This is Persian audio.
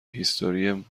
هیستوری